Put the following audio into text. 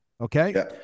Okay